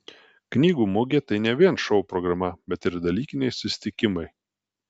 knygų mugė tai ne vien šou programa bet ir dalykiniai susitikimai